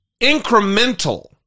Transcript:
incremental